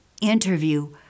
interview